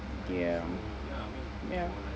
ya ya